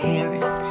Harris